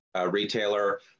retailer